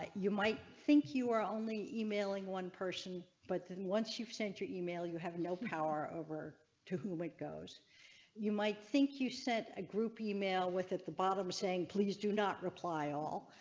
ah you might think you are only emailing one person but then once you've sent your email you have no power over to whom it goes you might think you sent a group email with. it the bottom of saying please do not reply all.